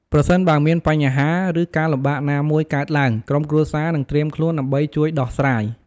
ប្រសិនបើមានបញ្ហា ឬការលំបាកណាមួយកើតឡើង ក្រុមគ្រួសារនឹងត្រៀមខ្លួនដើម្បីជួយដោះស្រាយ។